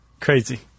Crazy